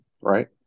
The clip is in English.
right